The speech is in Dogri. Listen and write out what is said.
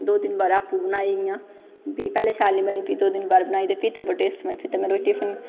दो तिन्न बार आपूं बनाई इ'यां फ्ही पैह्लें शैल निं बनी फ्ही दो तिन्न बार बनाई ते फ्ही ते बड़ी टेस्ट बनी ते फ्ही ते रोज में टिफन